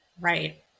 Right